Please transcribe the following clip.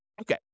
Okay